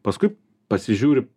paskui pasižiūri